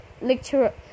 literature